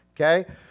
okay